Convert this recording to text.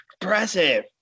impressive